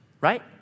right